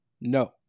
No